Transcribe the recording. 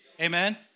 Amen